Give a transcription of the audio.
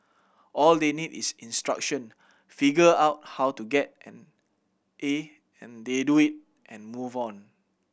all they need is instruction figure out how to get an A and they do it and move on